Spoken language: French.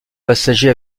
passagers